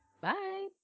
Bye